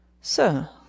Sir